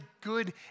good